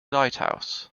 lighthouse